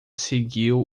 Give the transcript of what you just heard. seguiu